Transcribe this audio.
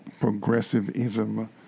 progressivism